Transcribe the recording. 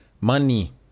Money